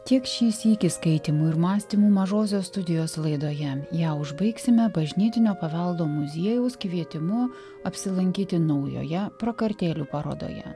tiek šį sykį skaitymų ir mąstymų mažosios studijos laidoje ją užbaigsime bažnytinio paveldo muziejaus kvietimu apsilankyti naujoje prakartėlių parodoje